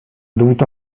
dovuto